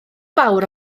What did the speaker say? fawr